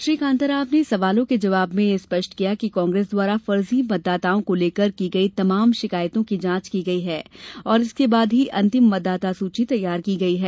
श्री कांताराव ने सवालों के जवाब में यह स्पष्ट किया कि कांग्रेस द्वारा फर्जी मतदाताओं को लेकर की गई तमाम शिकायतों की जाँच की गई है और इसके बाद ही अंतिम मतदाता सूची तैयार की गई है